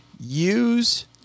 use